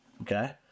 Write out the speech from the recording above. okay